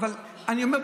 אבל אני אומר,